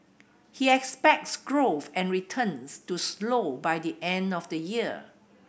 he expects growth and returns to slow by the end of the year